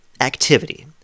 activity